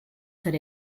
could